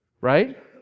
right